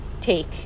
take